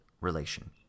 relation